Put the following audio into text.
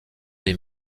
des